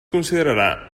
considerarà